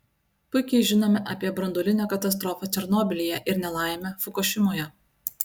puikiai žinome apie branduolinę katastrofą černobylyje ir nelaimę fukušimoje